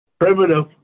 primitive